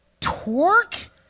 torque